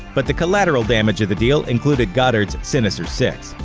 but the collateral damage of the deal included goddard's sinister six.